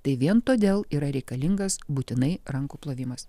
tai vien todėl yra reikalingas būtinai rankų plovimas